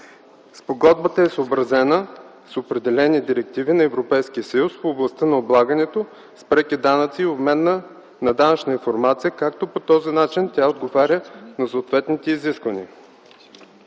Спогодбата е съобразена с определени директиви на Европейския съюз в областта на облагането с преки данъци и обмена на данъчна информация, като по този начин тя отговаря на съответните изисквания.